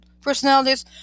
personalities